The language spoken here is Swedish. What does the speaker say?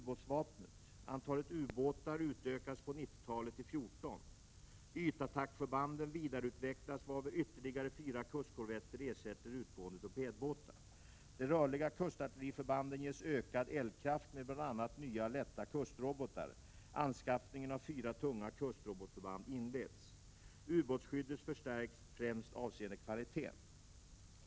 De rörliga kustartilleriförbanden ges ökad eldkraft med bl.a. nya lätta kustrobotar. Anskaffningen av fyra tunga kustrobotförband inleds. Ubåtsskyddet förstärks främst avseende kvaliteten.